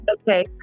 Okay